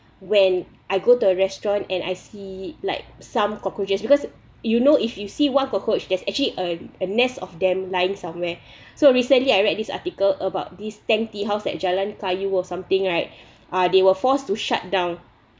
when I go to a restaurant and I see like some cockroaches because you know if you see one cockroach there's actually a a nest of them lying somewhere so recently I read this article about these twenty house at jalan kayu or something right are they were forced to shut down